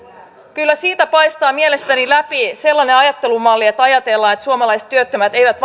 kyllä siitä paistaa mielestäni läpi sellainen ajattelumalli että ajatellaan että suomalaiset työttömät eivät